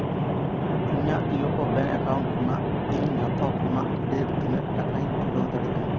ᱤᱧᱟᱹᱜ ᱤᱭᱩ ᱠᱳ ᱵᱮᱝᱠ ᱮᱠᱟᱣᱩᱱᱴ ᱠᱷᱚᱱᱟᱜ ᱤᱧ ᱡᱷᱚᱛᱚ ᱠᱷᱚᱱᱟᱜ ᱰᱷᱮᱨ ᱛᱤᱱᱟᱹᱜ ᱴᱟᱠᱟᱧ ᱛᱩᱞᱟᱹᱣ ᱫᱟᱲᱮᱭᱟᱜᱼᱟ